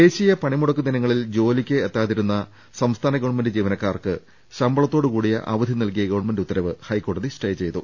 ദേശീയ പണിമുടക്ക് ദിനങ്ങളിൽ ജോലിക്ക് എത്താതിരുന്ന ഗവൺമെന്റ് ജീവനക്കാർക്ക് ശമ്പളത്തോട്കൂടിയ അവധി നൽകിയ ഗവൺമെന്റ് ഉത്തരവ് ഹൈക്കോടതി സ്റ്റേ ചെയ്തു